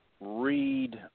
read